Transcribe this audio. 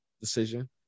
decision